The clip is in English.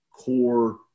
core